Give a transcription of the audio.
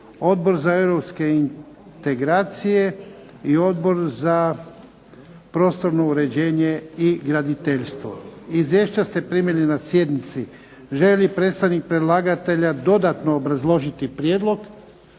Odbor za europske integracije i Odbor za prostorno uređenje i graditeljstvo. Izvješća ste primili na sjednici. Želi li predstavnik predlagatelja dodatno obrazložiti prijedlog?